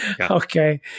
Okay